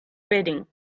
bedding